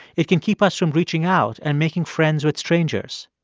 it can keep us from reaching out and making friends with strangers.